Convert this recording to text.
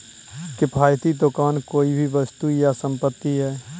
किफ़ायती दुकान कोई भी वस्तु या संपत्ति है